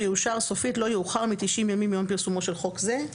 יאושר סופית לא יאוחר מ-90 ימים מיום פרסומו של חוק זה.